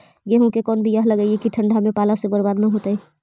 गेहूं के कोन बियाह लगइयै कि ठंडा में पाला से बरबाद न होतै?